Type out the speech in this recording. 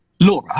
Laura